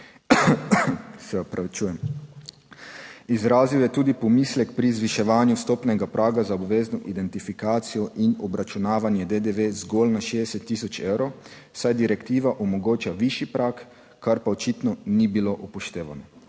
Se opravičujem. Izrazil je tudi pomislek pri zviševanju vstopnega praga za obvezno identifikacijo in obračunavanje DDV zgolj na 60 tisoč evrov, saj direktiva omogoča višji prag, kar pa očitno ni bilo upoštevano.